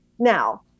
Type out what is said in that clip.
Now